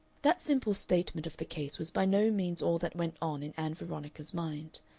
that simple statement of the case was by no means all that went on in ann veronica's mind.